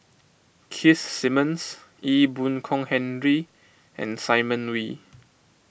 Keith Simmons Ee Boon Kong Henry and Simon Wee